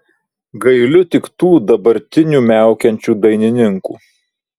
gailiu tik tų dabartinių miaukiančių dainininkų